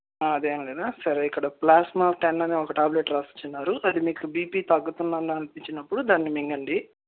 అదేమి లేదా సరే ఇక్కడ ప్లాస్మా టెన్ అనే ఒక టాబ్లెట్ రాసిచ్చున్నారు అది మీకు బీపీ తగ్గుతుందని అనిపిచ్చినప్పుడు దాన్ని మింగండి